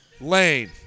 Lane